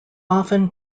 often